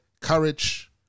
Courage